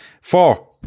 Four